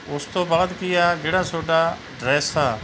ਉਸ ਤੋਂ ਬਾਅਦ ਕੀ ਆ ਜਿਹੜਾ ਤੁਹਾਡਾ ਡਰੈਸ ਆ